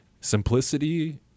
simplicity